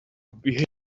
behavior